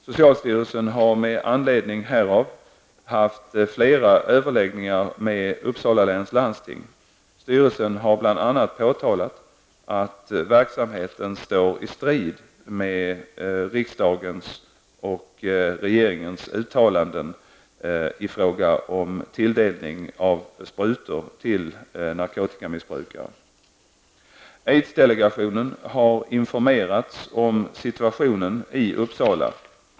Socialstyrelsen har med anledning härav haft flera överläggningar med Uppsala läns landsting. Styrelsen har bl.a. påtalat att verksamheten står i strid med riksdagens och regeringens uttalanden i fråga om tilldelning av sprutor till narkotikamissbrukare. Aids-delegationen har informerats om situationen i Uppsala.